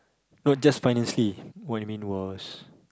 not just financially what I mean was